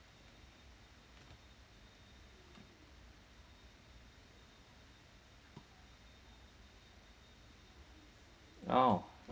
orh